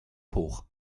hoch